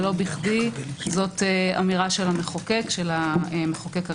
ולא בכדי זאת אמירה של המחוקק הראשי,